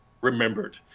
remembered